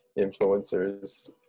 influencers